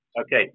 Okay